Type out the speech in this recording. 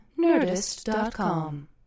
Nerdist.com